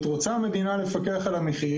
אם רוצה המדינה לפקח על המחיר,